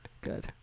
Good